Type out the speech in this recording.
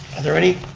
are there any